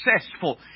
successful